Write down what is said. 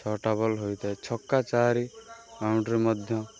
ଛଅଟା ବଲ୍ ରହିଥାଏ ଛକା ଚାରି ରାଉଣ୍ଡ୍ରେ ମଧ୍ୟ